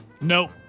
No